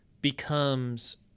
becomes